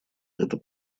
это